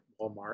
Walmart